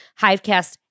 Hivecast